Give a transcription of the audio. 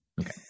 Okay